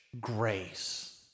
grace